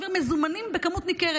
מעביר מזומנים בכמות ניכרת.